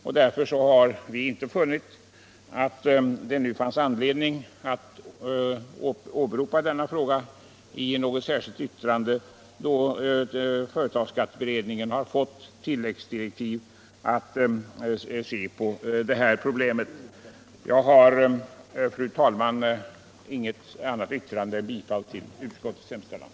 Vi har därför inte nu funnit anledning att ta upp den frågan i särskilt yttrande, eftersom företagsskatteberedningen har fått tilläggsdirektiv om att se på det problemet. Fru talman! Jag har inget annat yrkande än bifall till utskottets hemställan.